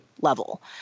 level